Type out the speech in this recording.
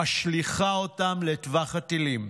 משליכה אותם לטווח הטילים?